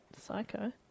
psycho